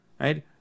right